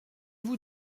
vous